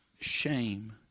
shame